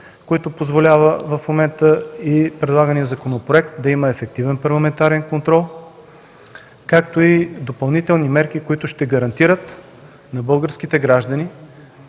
които позволяват в момента и предлаганият законопроект да има ефективен парламентарен контрол, както и допълнителни мерки, които ще гарантират на българските граждани,